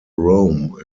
rome